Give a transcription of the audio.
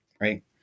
right